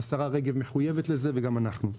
השרה רגב מחויבת לזה וגם אנחנו.